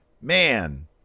Man